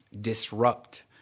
Disrupt